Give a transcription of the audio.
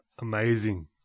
Amazing